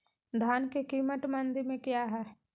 धान के कीमत मंडी में क्या है?